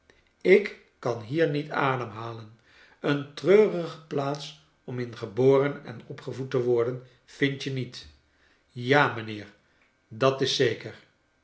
k kan hier niet ademhalen een treurige plaats om in geboren en opgevoed te worden vind je niet ja mijnheer dat is zeker